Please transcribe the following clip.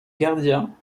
gardiens